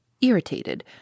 irritated